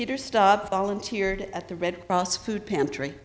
peter stop volunteered at the red cross food pantry